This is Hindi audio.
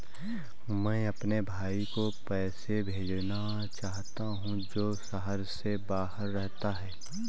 मैं अपने भाई को पैसे भेजना चाहता हूँ जो शहर से बाहर रहता है